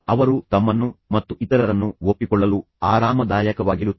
ಅವರು ತಮ್ಮನ್ನು ಮತ್ತು ಇತರರನ್ನು ಒಪ್ಪಿಕೊಳ್ಳಲು ಆರಾಮದಾಯಕವಾಗಿರುತ್ತಾರೆ